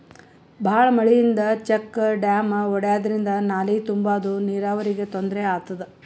ಭಾಳ್ ಮಳಿಯಿಂದ check dam ಒಡ್ಯಾದ್ರಿಂದ ನಾಲಿ ತುಂಬಾದು ನೀರಾವರಿಗ್ ತೊಂದ್ರೆ ಆತದ